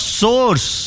source